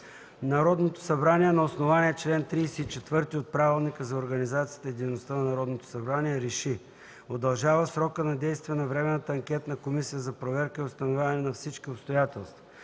Народното събрание на основание чл. 34 от Правилника за организацията и дейността на Народното събрание РЕШИ: Удължава срока на действие на Временната анкетна комисия за проверка и установяване на всички обстоятелства